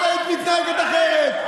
את היית מתנהגת אחרת.